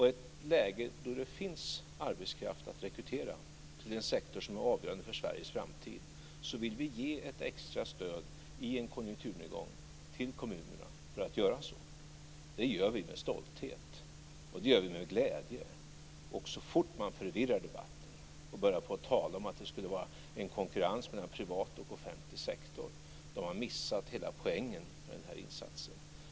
I ett läge då det finns arbetskraft att rekrytera till en sektor som är avgörande för Sveriges framtid vill vi ge ett extra stöd i en konjunkturnedgång till kommunerna för att göra så. Det gör vi med stolthet, och det gör vi med glädje. Så fort man förvirrar debatten och börjar att tala om att det skulle vara konkurrens mellan privat och offentlig sektor, då har man missat hela poängen med den här insatsen.